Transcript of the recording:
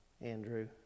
Andrew